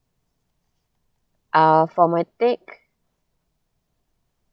uh for my take